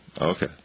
okay